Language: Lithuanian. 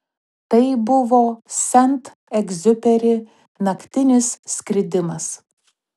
tai buvo sent egziuperi naktinis skridimas